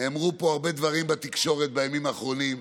נאמרו פה הרבה דברים בתקשורת בימים האחרונים.